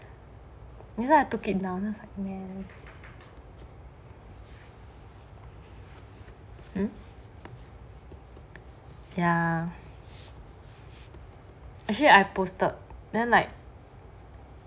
you know I took it down then I was like man !huh! ya actually I posted then like